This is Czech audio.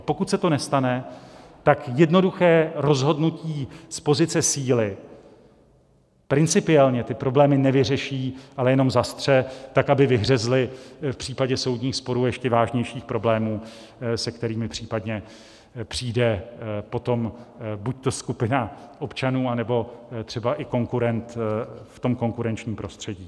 Pokud se to nestane, tak jednoduché rozhodnutí z pozice síly principiálně ty problémy nevyřeší, ale jenom zastře tak, aby vyhřezly v případě soudních sporů ještě vážnější problémy, se kterými případně přijde potom buďto skupina občanů, anebo třeba i konkurent v konkurenčním prostředí.